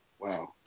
Wow